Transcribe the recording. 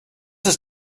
ist